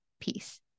peace